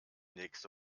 nächste